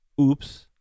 oops